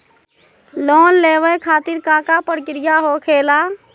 Loan लेवे खातिर का का प्रक्रिया होखेला?